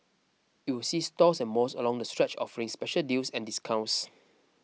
it will see stores and malls along the stretch offering special deals and discounts